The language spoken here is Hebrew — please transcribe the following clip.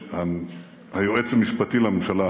היועץ המשפטי לממשלה